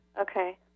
Okay